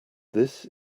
this